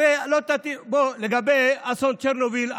הרי לגבי אסון צ'רנוביל,